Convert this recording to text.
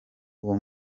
uwo